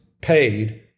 paid